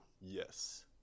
yes